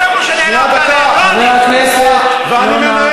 שדיבר אתך, חבר הכנסת יונה, אני קורא